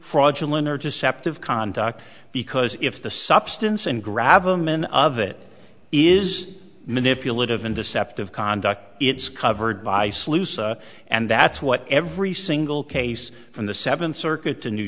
fraudulent or deceptive conduct because if the substance and grab a min of it is manipulative and deceptive conduct it's covered by sluice and that's what every single case from the seventh circuit to new